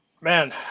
Man